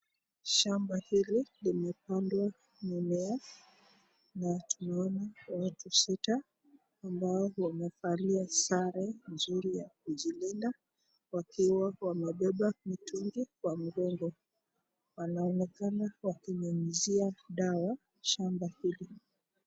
Shamba hili limepandwa mimea na tunaona watu sita ambao wamevalia sare nzuri ya kujilinda wakiwa wamebeba mitungi kwa mgongo. Wanaonekana wakinyunyizia dawa shamba hili.